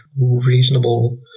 reasonable